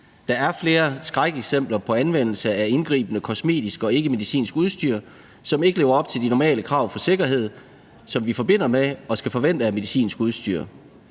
Der er flere skrækeksempler på anvendelse af indgribende kosmetisk og ikkemedicinsk udstyr, som ikke lever op til de normale krav til sikkerhed, som vi forbinder med og skal forvente af medicinsk udstyr.